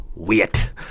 wait